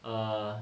err